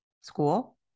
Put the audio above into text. school